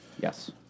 Yes